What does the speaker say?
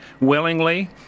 willingly